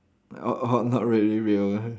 orh orh not not really real